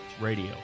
Radio